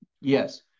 Yes